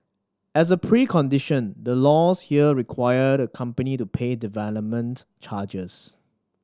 as a precondition the laws here require the company to pay development charges